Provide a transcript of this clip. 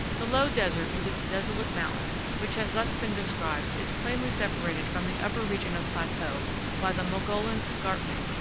the low desert, with its desolate mountains, which has thus been described is plainly separated from the upper region of plateau by the mogollon escarpment,